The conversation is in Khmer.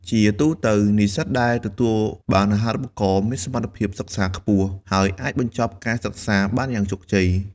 ជាទូទៅ និស្សិតដែលទទួលបានអាហារូបករណ៍មានសមត្ថភាពសិក្សាខ្ពស់ ហើយអាចបញ្ចប់ការសិក្សាបានយ៉ាងជោគជ័យ។